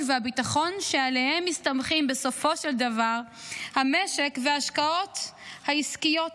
והביטחון שעליהם מסתמכים בסופו של דבר המשק וההשקעות העסקיות.